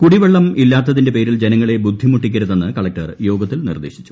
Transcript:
കുടിവെള്ളമില്ലാത്തതിന്റെ പേരിൽ ജനങ്ങളെ ബുദ്ധിമുട്ടിക്കരുതെന്ന് കളക്ടർ യോഗത്തിൽ നിർദ്ദേശിച്ചു